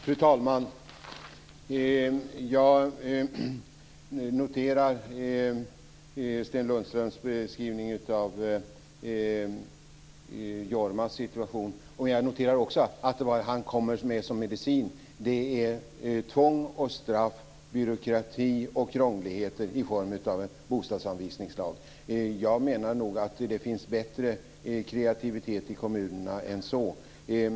Fru talman! Jag noterar Sten Lundströms beskrivning av Jormas situation. Jag noterar också att det han kommer med som medicin är tvång och straff, byråkrati och krångligheter i form av en bostadsanvisningslag. Jag menar nog att det finns bättre kreativitet i kommunerna än så.